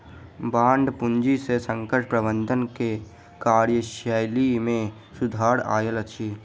bond पूंजी से संकट प्रबंधन के कार्यशैली में सुधार आयल अछि